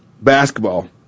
basketball